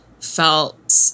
felt